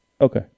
Okay